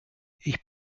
ich